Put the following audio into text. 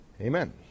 Amen